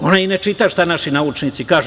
Ona i ne čita šta naši naučnici kažu.